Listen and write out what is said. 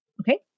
Okay